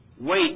Wait